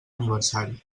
aniversari